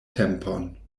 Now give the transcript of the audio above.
tempon